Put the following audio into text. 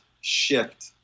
shift